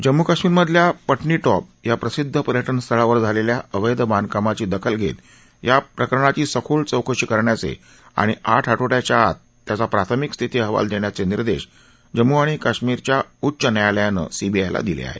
जम्मू कश्मीरमधल्या पटनीटॉप या प्रसिद्ध पर्यटनस्थळावर झालेल्या अवेध बांधकामांची दखल घेत या प्रकाराची सखोल चौकशी करण्याचे आणि आठ आठवड्यांच्या आत त्याचा प्राथमिक स्थिती अहवाल देण्याचे निर्देश जम्मू आणि काश्मीर उच्च न्यायालयानं सीबीआयला दिले आहेत